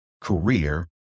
career